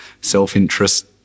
Self-interest